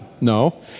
No